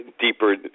deeper